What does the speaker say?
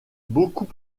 beaucoup